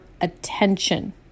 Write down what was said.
attention